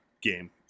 game